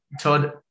Todd